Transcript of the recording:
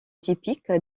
typique